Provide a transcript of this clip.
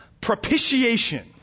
Propitiation